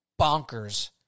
bonkers